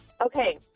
Okay